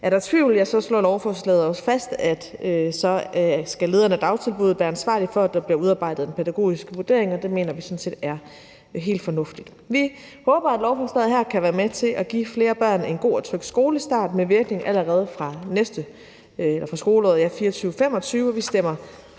Er der tvivl, slår lovforslaget også fast, at lederen af dagtilbuddet så skal være ansvarlig for, at der bliver udarbejdet en pædagogisk vurdering, og det mener vi sådan set er helt fornuftigt. Vi håber, at lovforslaget her kan være med til at give flere børn en god og tryg skolestart med virkning allerede fra skoleåret 2024/25, og vi stemmer